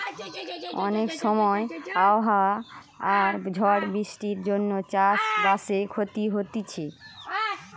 অনেক সময় আবহাওয়া আর ঝড় বৃষ্টির জন্যে চাষ বাসে ক্ষতি হতিছে